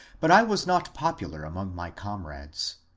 but i was not popu lar among my comrades.